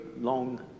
long